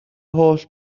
holl